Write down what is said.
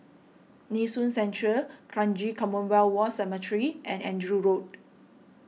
Nee Soon Central Kranji Commonwealth War Cemetery and Andrew Road